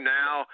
now